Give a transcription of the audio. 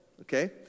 okay